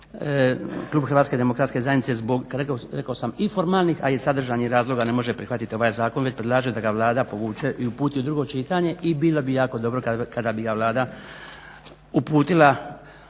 Hrvatske demokratske zajednice zbog, rekao sam i formalnih, a sadržajnih razloga ne može prihvatiti ovaj Zakon, već predlaže da ga Vlada povuče i uputi u drugo čitanje. I bilo bi jako dobro kada bi ga Vlada uputila